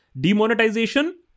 Demonetization